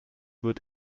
wird